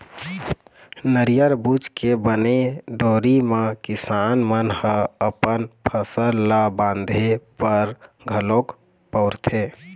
नरियर बूच के बने डोरी म किसान मन ह अपन फसल ल बांधे बर घलोक बउरथे